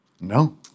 No